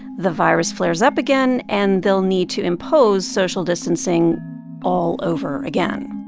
the virus flares up again and they'll need to impose social distancing all over again